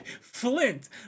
flint